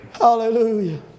hallelujah